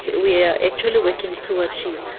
we are actually working to achieve,